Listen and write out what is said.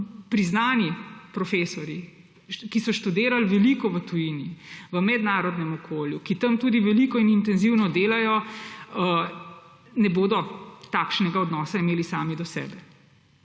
priznani profesorji, ki so študirali veliko v tujini, v mednarodnem okolju, ki tam tudi veliko in intenzivno delajo, ne bodo takšnega odnosa imeli sami do sebe.